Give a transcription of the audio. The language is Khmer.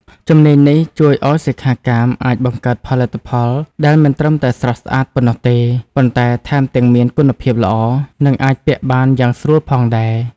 ជំនាញនេះជួយឱ្យសិក្ខាកាមអាចបង្កើតផលិតផលដែលមិនត្រឹមតែស្រស់ស្អាតប៉ុណ្ណោះទេ ប៉ុន្តែថែមទាំងមានគុណភាពល្អ និងអាចពាក់បានយ៉ាងស្រួលផងដែរ។